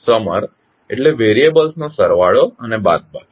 summer એટલે variables નો સરવાળો અને બાદબાકી